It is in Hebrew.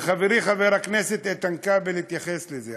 וחברי חבר הכנסת איתן כבל התייחס לזה,